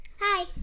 Hi